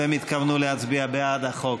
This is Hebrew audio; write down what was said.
והם התכוונו להצביע בעד החוק.